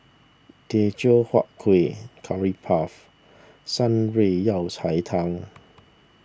Teochew Huat Kuih Curry Puff Shan Rui Yao Cai Tang